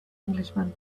englishman